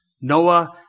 Noah